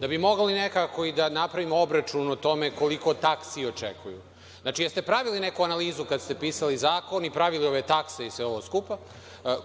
da bi mogli nekako i da napravimo obračun o tome koliko taksi očekuju. Znači, jeste pravili neku analizu kada ste pisali zakon, pravili ove takse i ostalo?